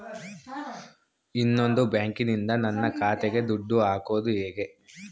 ಇನ್ನೊಂದು ಬ್ಯಾಂಕಿನಿಂದ ನನ್ನ ಖಾತೆಗೆ ದುಡ್ಡು ಹಾಕೋದು ಹೇಗೆ?